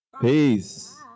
Peace